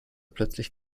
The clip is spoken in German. plötzlich